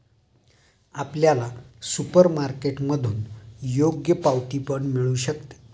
आपल्याला सुपरमार्केटमधून योग्य पावती पण मिळू शकते